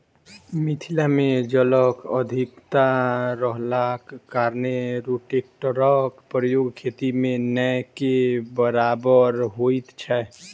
मिथिला मे जलक अधिकता रहलाक कारणेँ रोटेटरक प्रयोग खेती मे नै के बराबर होइत छै